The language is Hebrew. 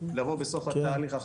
לבוא בסוף התהליך,